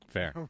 Fair